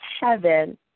heaven